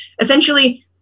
essentially